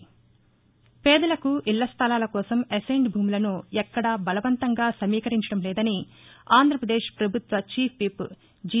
న పేదలకు ఇళ్ల స్థలాల కోసం అసైన్డ్ భూములను ఎక్కడా బలవంతంగా సమీకరించడంలేదని ఆంధ్రాప్రదేశ్ ప్రభుత్వ చీఫ్ విప్ జి